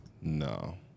No